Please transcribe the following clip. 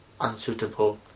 unsuitable